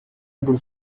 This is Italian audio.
del